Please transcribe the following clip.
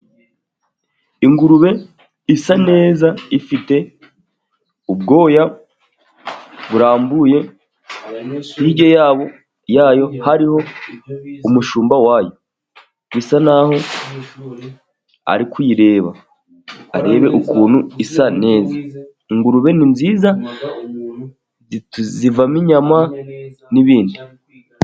Ingurube isa neza ifite ubwoya burambuye hirya yabo yayo hariho umushumba wayo, bisa naho ari kuyireba arebe ukuntu isa neza. Ingurube ni nziza zivamo inyama n'ibindi.